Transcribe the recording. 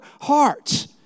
hearts